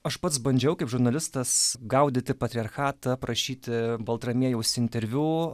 aš pats bandžiau kaip žurnalistas gaudyti patriarchatą prašyti baltramiejaus interviu